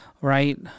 right